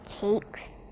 cakes